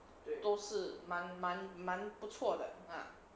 都是蛮蛮蛮不错的